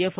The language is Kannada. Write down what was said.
ಎಫ್